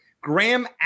Graham